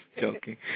joking